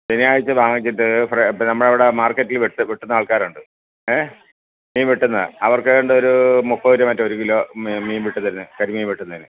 ശനിയാഴ്ച്ച വാങ്ങിച്ചിട്ട് ഇവിടെ ഇപ്പം നമ്മൾ അവിടെ മാർക്കറ്റിൽ വെട്ട് വെട്ടുന്ന ആൾക്കാരുണ്ട് ഏ മീൻ വെട്ടുന്ന അവർക്ക് ഏതാണ്ടൊരു മുപ്പത് രൂപയോ മറ്റോ ഒരു കിലോ മീൻ വെട്ടി തരുന്നതിന് കരിമീൻ വെട്ടുന്നതിന്